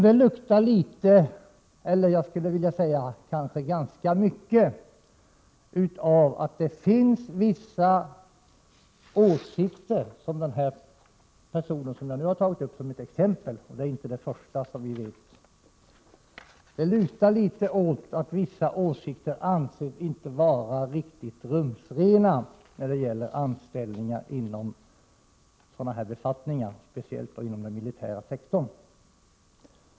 Det luktar ganska mycket av att vissa åsikter, som den person jag tagit som exempel har — det är inte heller första gången jag ger exempel på detta—, inte anses vara riktigt rumsrena när det gäller anställning i sådana här befattningar, speciellt inom den militära sektorn.